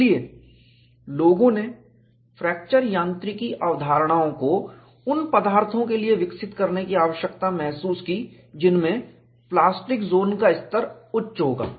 इसलिए लोगों ने फ्रैक्चर यांत्रिकी अवधारणाओं को उन पदार्थों के लिए विकसित करने की आवश्यकता महसूस की जिनमें प्लास्टिक ज़ोन का स्तर उच्च होगा